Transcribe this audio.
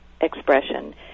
expression